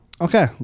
Okay